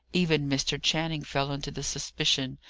even mr. channing fell into the suspicion,